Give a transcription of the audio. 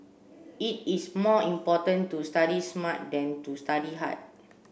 it is more important to study smart than to study hard